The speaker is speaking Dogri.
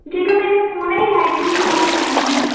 जेह्का मेरा फोन ऐ एह् रेडमी नोट टैन्न ऐ